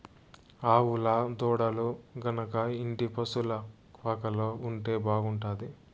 ఆవుల దూడలు గనక ఇంటి పశుల పాకలో ఉంటే బాగుంటాది